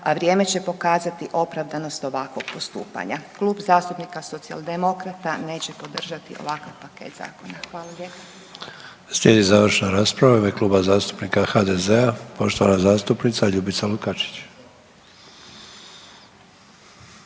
a vrijeme će pokazati opravdanost ovakvog postupanja. Klub zastupnika Socijaldemokrata neće podržati ovakav paket zakona. Hvala